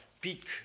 peak